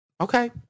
Okay